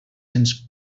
cents